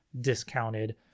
discounted